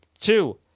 Two